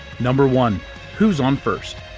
number one who's on first?